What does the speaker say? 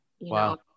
Wow